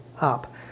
up